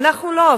אנחנו לא,